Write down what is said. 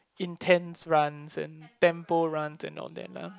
intense runs and tempo runs and all that lah